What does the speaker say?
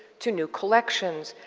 to new collections,